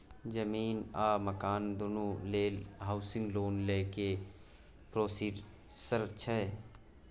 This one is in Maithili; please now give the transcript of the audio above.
जमीन आ मकान दुनू लेल हॉउसिंग लोन लै के की प्रोसीजर छै?